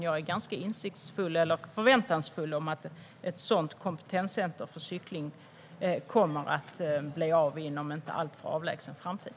Jag är ganska förväntansfull när det gäller att ett kompetenscenter för cykling kommer att bli av inom en inte alltför avlägsen framtid.